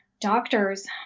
doctors